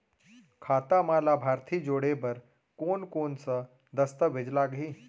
खाता म लाभार्थी जोड़े बर कोन कोन स दस्तावेज लागही?